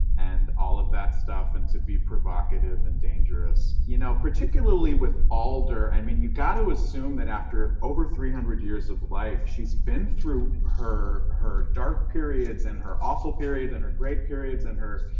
and all of that stuff. and to be provocative and dangerous. you know particularly with alder, i mean you've got to assume that after over three hundred years of life, she's been through her her dark periods. and her awful periods. and her great periods. and her.